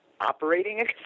operating